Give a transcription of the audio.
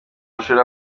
mashuri